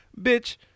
bitch